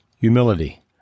Humility